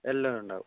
എല്ലാം ഉണ്ടാകും